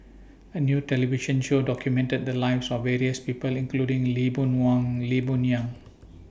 A New television Show documented The Lives of various People including Lee Boon Wang Lee Boon Yang